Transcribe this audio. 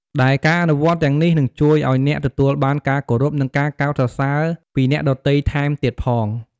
ដែលការអនុវត្តន៍ទាំងនេះនឹងជួយឱ្យអ្នកទទួលបានការគោរព និងការកោតសរសើរពីអ្នកដទៃថែមទៀតផង។